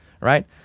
right